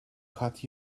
cut